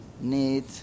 need